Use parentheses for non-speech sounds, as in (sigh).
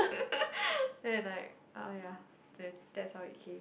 (laughs) then like ah ya that's that's how it came